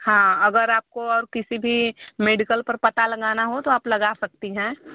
हाँ अगर आपको और किसी भी मेडिकल पर पता लगाना हो तो आप लगा सकती हैं